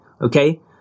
Okay